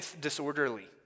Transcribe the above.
disorderly